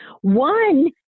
One